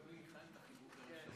מתבקש לברך את חברת הכנסת חוה אתי עטייה.